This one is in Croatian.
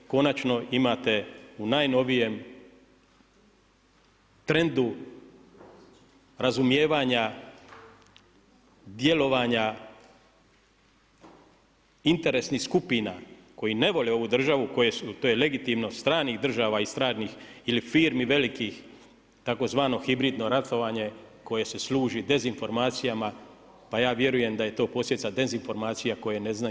Konačno imate u najnovijem trendu razumijevanja djelovanja interesnih skupina koje ne vole ovu državu, to je legitimno stranih država i stranih ili firmi velikih tzv. hibridno ratovanje koje se služi dezinformacijama, pa ja vjerujem da je to posljedica dezinformacija koje ne znaju.